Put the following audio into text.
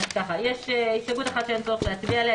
יש הסתייגות אחת שאין צורך להצביע עליה,